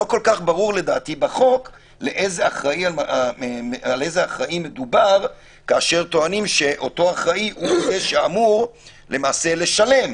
לא ברור בחוק על איזה אחראי מדובר כאשר טוענים שהוא זה שאמור לשלם